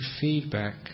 feedback